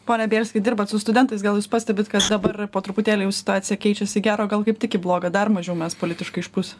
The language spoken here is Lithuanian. pone bielski dirbat su studentais gal jūs pastebit kad dabar po truputėlį jau situacija keičiasi į gera o gal kaip tik į bloga dar mažiau mes politiškai išprusę